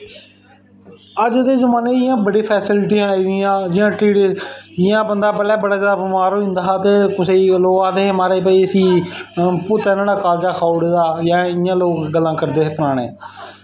अज्ज दे जमानै च बड़ियां फेस्लिटियां आई दियां जियां कि जियां बंदा पैह्लें कि बड़ा बमार होई जंदा हा ते कुसै ई मतलब की लोग आखदे कि इसी हून भूतें न्हाड़ा कालजा खाई ओड़दा जां इंया लोग गल्लां करदे हे पराने